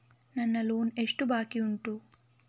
ನನ್ನ ಲೋನ್ ಎಷ್ಟು ಬಾಕಿ ಉಂಟು?